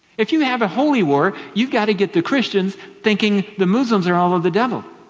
if you have a holy war, you've got to get the christians thinking the muslims are all of the devil.